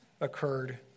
occurred